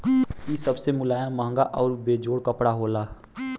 इ सबसे मुलायम, महंगा आउर बेजोड़ कपड़ा होला